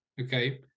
okay